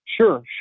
Sure